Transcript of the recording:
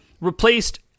replaced